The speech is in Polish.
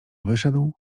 wyszedł